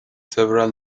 several